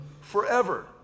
forever